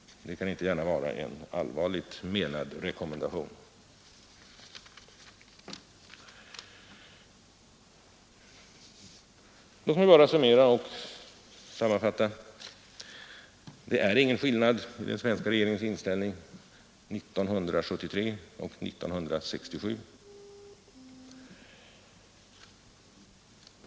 Det kan inte gärna vara en allvarligt menad rekommendation. Låt mig göra en sammanfattning: Det är ingen skillnad i den svenska regeringens inställning 1973 och 1967.